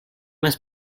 must